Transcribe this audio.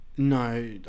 No